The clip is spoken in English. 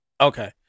Okay